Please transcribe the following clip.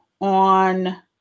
on